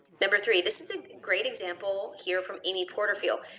number three, this is a great example here from amy porterfield.